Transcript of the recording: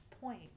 point